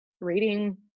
reading